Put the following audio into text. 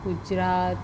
Gujarat